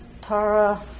Tara